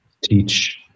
teach